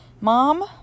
mom